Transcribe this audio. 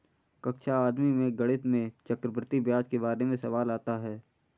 कक्षा आठवीं में गणित में चक्रवर्ती ब्याज के बारे में सवाल आता है